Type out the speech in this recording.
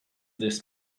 this